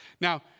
Now